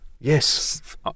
yes